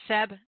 Seb